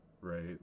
Right